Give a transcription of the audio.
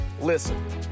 listen